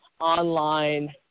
online